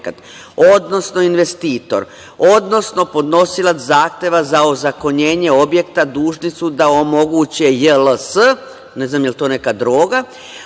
odnosno investitor, odnosno podnosilac zahteva za ozakonjenje objekta, dužni su da omoguće JLS…“ ne znam jel to neka droga